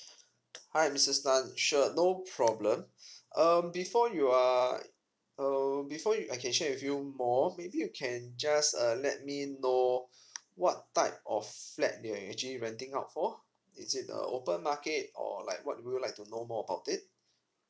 hi misses tan sure no problem um before you are uh before you I can share with you more maybe you can just uh let me know what type of flat you're actually renting out for is it a open market or like what would you like to know more about it